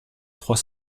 trois